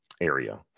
area